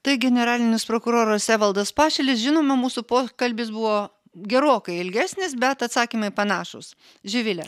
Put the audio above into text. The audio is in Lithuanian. tai generalinis prokuroras evaldas pašilis žinoma mūsų pokalbis buvo gerokai ilgesnis bet atsakymai panašūs živile